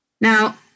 Now